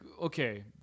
okay